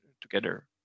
together